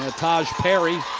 ah taj perry.